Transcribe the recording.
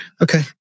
okay